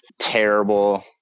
terrible